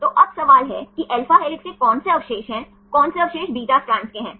तो अब सवाल है कि alpha हेलिक्स के कौन से अवशेष हैं कौन से अवशेष beta स्ट्रैंड के हैं